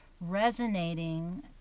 resonating